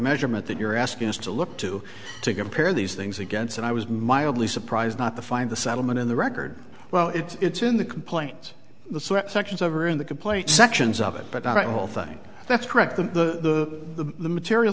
measurement that you're asking us to look to to compare these things against and i was mildly surprised not to find the settlement in the record well it's in the complaint sections over in the complaint sections of it but i'll think that's correct the material